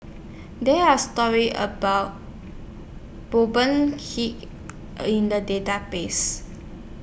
There Are stories about Kee in The Database